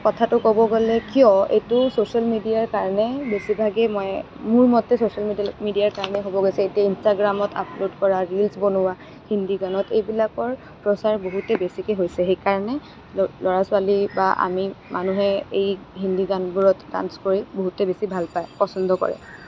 কথাটো ক'ব গ'লে কিয় এইটো ছচিয়েল মিডিয়াৰ কাৰণে বেছিভাগেই মই মোৰ মতে ছচিয়েল মিডিয়াৰ কাৰণে হ'ব গৈছে এতিয়া ইনষ্টাগ্ৰামত আপলোড কৰা ৰীলচ্ বনোৱা হিন্দী গানত এইবিলাকৰ প্ৰচাৰ বহুতেই হৈছে সেইকাৰণে ল'ৰা ছোৱালী বা আমি মানুহে এই হিন্দী গানবোৰত ডান্স কৰি বহুতে বেছি ভাল পায় পচন্দ কৰে